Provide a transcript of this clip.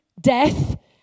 death